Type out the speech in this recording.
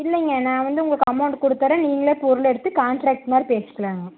இல்லைங்க நான் வந்து உங்களுக்கு அமோண்ட் கொடுத்துடுறேன் நீங்களே பொருள்லெடுத்து காண்ட்ராக்ட் மாதிரி பேசிக்கலாம்ங்க